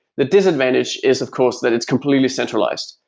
the disadvantage is of course that it's completely centralized.